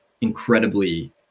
incredibly